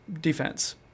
defense